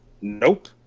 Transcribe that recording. Nope